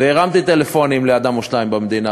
והרמתי טלפונים לאדם או שניים במדינה,